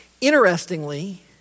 interestingly